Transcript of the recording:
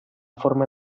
forma